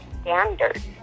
standards